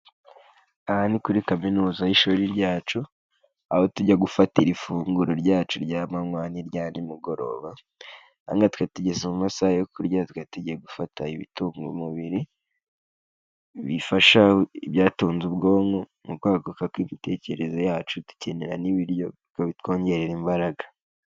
Aha ni kuri kaminuza y'ishuri ryacu, aho tujya gufatira ifunguro ryacu ry'amanywa n'irya nimugoroba, aha ngaha twari tugeze mu masaha yo kurya, twari tugiye gufata ibitunga umubiri, bifasha ibyatunze ubwonko, mu kwaguka kw'imitekerereze yacu dukenera n'ibiryo ngo bitwongerere imbaraga.